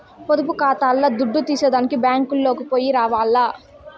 పొదుపు కాతాల్ల దుడ్డు తీసేదానికి బ్యేంకుకో పొయ్యి రావాల్ల